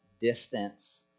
distance